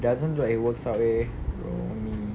he doesn't look like he works out leh rumi